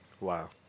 Wow